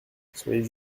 soyez